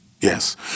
Yes